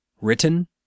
Written